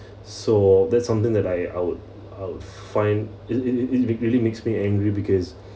so that's something that I I would I would find is is is is really makes me angry because